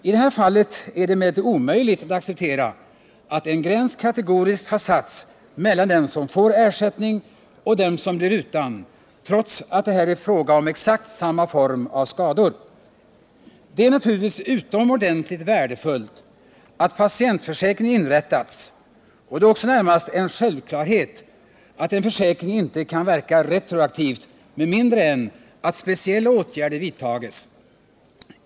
I det här fallet är det emellertid omöjligt att acceptera att en gräns kategoriskt har satts mellan dem som får ersättning och dem som blir utan trots att det är fråga om exakt samma form av skador. Det är naturligtvis utomordentligt värdefullt att patientförsäkringen inrättats, och det är närmast en självklarhet att en försäkring inte kan verka retroaktivt med mindre än att speciella åtgärder vidtas.